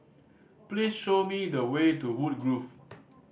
please show me the way to Woodgrove